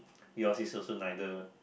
yours is also neither